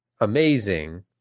amazing